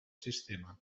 sistema